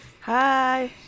Hi